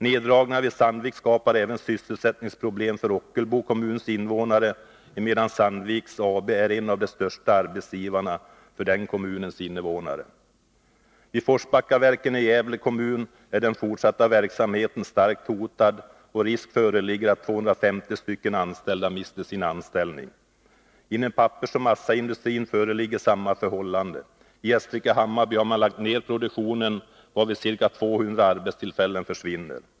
Neddragningarna vid Sandvik skapar även sysselsättningsproblem för Ockelbo kommuns invånare, emedan Sandvik AB är en av de största arbetsgivarna för den kommunens invånare. Inom pappersoch massaindustrin föreligger samma förhållande. I Gästrike-Hammarby har man lagt ned produktionen, varvid ca 200 arbetstillfällen försvinner.